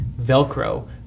Velcro